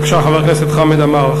בבקשה, חבר הכנסת חמד עמאר.